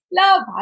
Love